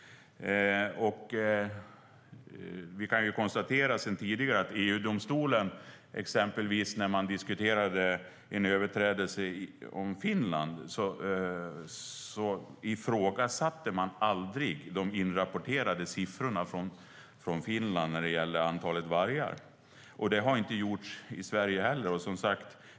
Vi kan sedan tidigare konstatera att EU-domstolen exempelvis när man diskuterade en överträdelse beträffande Finland aldrig ifrågasatte de inrapporterade siffrorna från Finland om antalet vargar. Det har inte gjorts i Sverige heller.